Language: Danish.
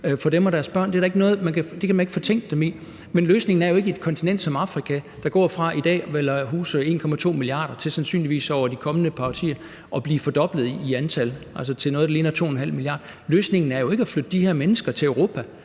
sig selv og deres børn. Det kan man ikke fortænke dem i. Men for et kontinent som Afrika, der går fra i dag vel at huse 1,2 milliarder mennesker til sandsynligvis over de kommende par årtier at blive fordoblet i antal til noget, der ligner 2,5 milliarder mennesker, er løsningen ikke at flytte de her mennesker til Europa.